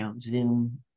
Zoom